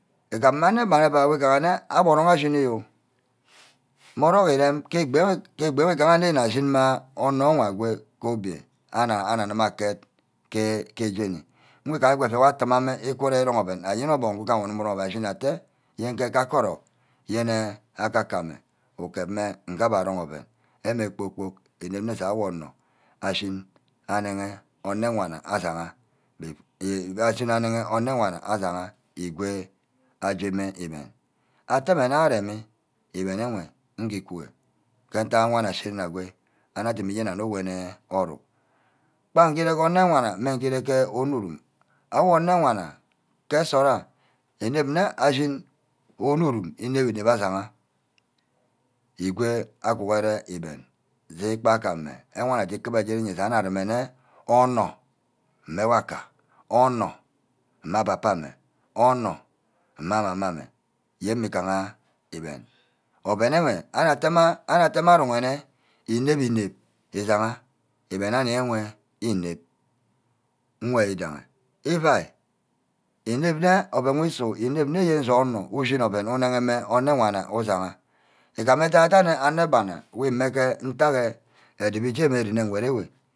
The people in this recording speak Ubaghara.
. igamo mme anebana igaha nne abbe oeung ashini yor mmoro irem ke egbi-ewe ashin-ma onor enwe ago-go obia ana-ana-gumeh akek ke-ke beni igu-guma-mme iku erong ouen ayenne gbork ire imang mme arong ouen ashini atte yenghe ka-ke orock, yene aa-ka mme mme ukep mme nga abe ashin irong ouen, bene kpor-kpork erene ja awor onor ashin anege orne wana asagha igwe asemeigben atteh mme nna areme iben enwe ingugwe ke ntaek awan ashina agwe anor adiminyene oru, gbang ge ire ke anrrwana wor nge ireke onurum. awir ene-wana ge-nsort ha inep-nne ashin onurum inep-inep asugha ashiha igwe aguhure igben sei ikpa gameh wor anug aje kuba iwe, iremene onor mme wake, onor mme apapa mme, anor mme amama mey yen mmegaha igben ouen enwe abbe temeh arung neh inep-inep isungha igben ayewa inep, nwe idaghe, iuai inep nne ouen isu inep nne ushin ouen unege-mme ene wanna ushi-ha, igam edan-dan ene-bana we ime ke ntaek odobo iyege rwn igwed ewe